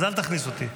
אז אל תכניס אותי.